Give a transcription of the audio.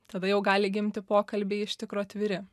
tada jau gali gimti pokalbiai iš tikro atviri